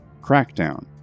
Crackdown